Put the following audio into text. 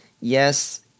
yes